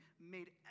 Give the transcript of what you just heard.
made